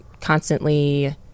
constantly